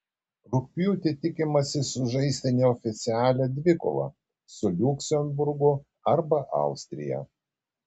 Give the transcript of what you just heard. rugpjūtį tikimasi sužaisti neoficialią dvikovą su liuksemburgu arba austrija